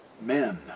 men